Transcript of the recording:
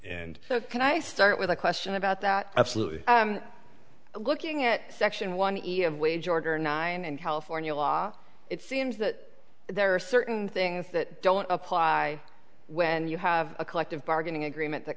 and so can i start with a question about that absolutely looking at section one each of wage order nine and california law it seems that there are certain things that don't apply when you have a collective bargaining agreement that